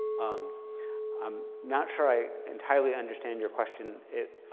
um i'm not sure i entirely understand your question.